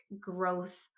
growth